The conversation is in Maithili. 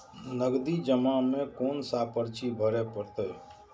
नगदी जमा में कोन सा पर्ची भरे परतें?